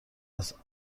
است